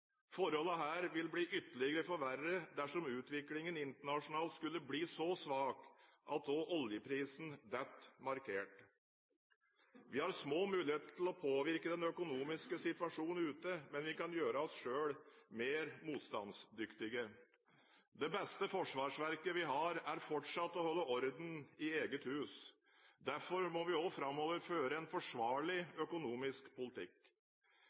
Forholdene her vil bli ytterligere forverret dersom utviklingen internasjonalt skulle bli så svak at også oljeprisen faller markert. Vi har små muligheter til å påvirke den økonomiske situasjonen ute, men vi kan gjøre oss selv mer motstandsdyktige. Det beste forsvarsverket vi har, er fortsatt å holde orden i eget hus. Derfor må vi også framover føre en forsvarlig økonomisk politikk.